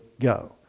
go